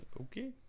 okay